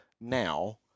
Now